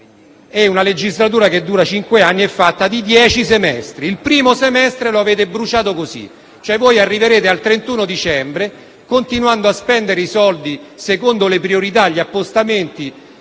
e una legislatura che dura cinque anni è fatta di dieci semestri. Ebbene, il primo semestre lo avete bruciato così. Voi arriverete al 31 dicembre continuando a spendere i soldi secondo le priorità e gli appostamenti